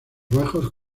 bajos